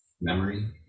memory